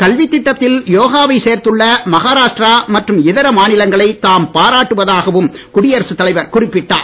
கல்வித் திட்டத்தில் யோகா வை சேர்த்துள்ள மகாராஷ்டிரா மற்றும் இதா மாநிலங்களை தாம் பாராட்டுவதாகவும் குடியரசுத் தலைவர் குறிப்பிட்டார்